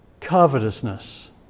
covetousness